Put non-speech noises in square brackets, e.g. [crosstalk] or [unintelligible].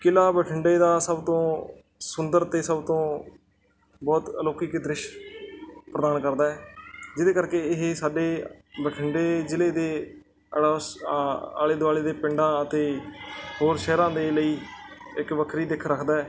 ਕਿਲ੍ਹਾ ਬਠਿੰਡੇ ਦਾ ਸਭ ਤੋਂ ਸੁੰਦਰ ਅਤੇ ਸਭ ਤੋਂ ਬਹੁਤ ਅਲੌਕਿਕ ਦ੍ਰਿਸ਼ ਪ੍ਰਦਾਨ ਕਰਦਾ ਹੈ ਜਿਹਦੇ ਕਰਕੇ ਇਹ ਸਾਡੇ ਬਠਿੰਡੇ ਜ਼ਿਲ੍ਹੇ ਦੇ [unintelligible] ਆਲੇ ਦੁਆਲੇ ਦੇ ਪਿੰਡਾਂ ਅਤੇ ਹੋਰ ਸ਼ਹਿਰਾਂ ਦੇ ਲਈ ਇੱਕ ਵੱਖਰੀ ਦਿੱਖ ਰੱਖਦਾ ਹੈ